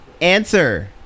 answer